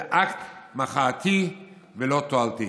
זה אקט מחאתי ולא תועלתי.